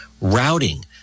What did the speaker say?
routing